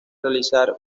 realizar